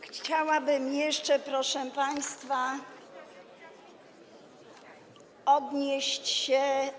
Chciałabym jeszcze, proszę państwa, odnieść się.